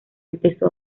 empezó